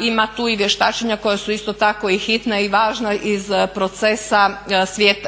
Ima tu i vještačenja koja su isto tako i hitna i važna iz procesa,